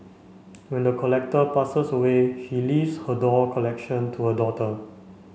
when the collector passes away she leaves her doll collection to her daughter